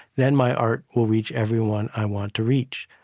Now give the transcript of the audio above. then my art will reach everyone i want to reach.